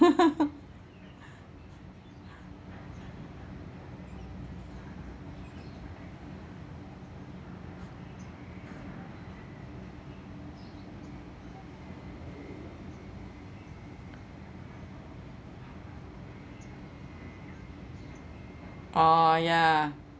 oh ya